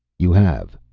you have.